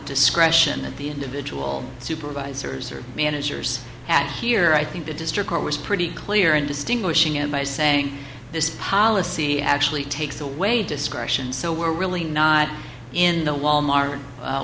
discretion of the individual supervisors or managers at here i think the district court was pretty clear in distinguishing it by saying this policy actually takes away discretion so we're really not in the wal mart